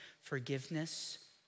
forgiveness